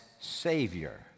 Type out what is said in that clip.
Savior